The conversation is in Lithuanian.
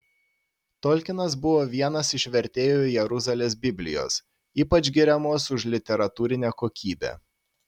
tolkinas buvo vienas iš vertėjų jeruzalės biblijos ypač giriamos už literatūrinę kokybę